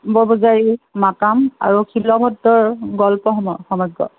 বৰপূজাৰীৰ মাকাম আৰু শিলভদ্ৰৰ গল্প সমূহ সমগ্ৰ